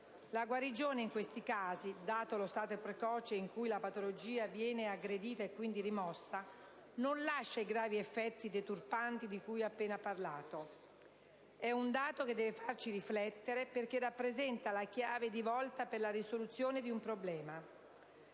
la guarigione, in questi casi, dato lo stato precoce in cui la patologia viene aggredita e quindi rimossa, non lascia i gravi effetti deturpanti di cui ho appena parlato. E' un dato che deve farci riflettere, perché rappresenta la chiave di volta per la risoluzione di un problema.